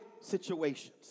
situations